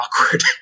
awkward